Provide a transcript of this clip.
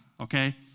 okay